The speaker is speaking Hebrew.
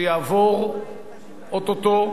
שיעבור או-טו-טו,